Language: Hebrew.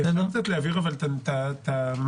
אפשר להבהיר את המונחים?